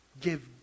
give